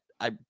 I-